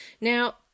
Now